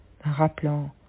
Rappelant